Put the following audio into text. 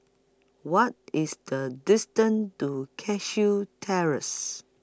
What IS The distance to Cashew Terrace